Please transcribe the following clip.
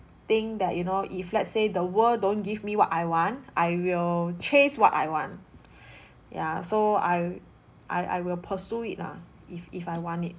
think that you know if let's say the world don't give me what I want I will chase what I want ya so I I I will pursue it lah if if I want it